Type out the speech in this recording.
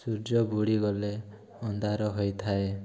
ସୂର୍ଯ୍ୟ ବୁଡ଼ି ଗଲେ ଅନ୍ଧାର ହୋଇଥାଏ